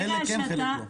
חלק כן וחלק לא.